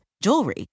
jewelry